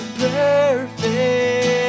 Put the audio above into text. perfect